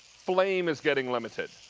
flame is getting limited.